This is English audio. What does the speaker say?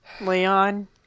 Leon